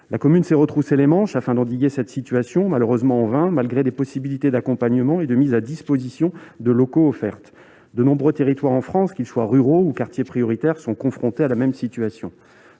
La commune s'est retroussé les manches afin d'endiguer cette situation, malheureusement en vain, malgré des possibilités d'accompagnement et la mise à disposition de locaux. De nombreux territoires en France, en zones rurales ou en quartiers prioritaires, sont confrontés à la même situation.